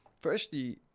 firstly